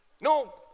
No